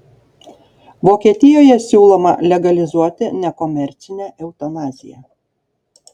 vokietijoje siūloma legalizuoti nekomercinę eutanaziją